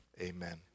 Amen